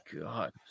God